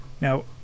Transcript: Now